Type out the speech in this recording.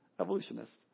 Evolutionists